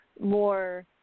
more